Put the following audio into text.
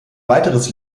weiteres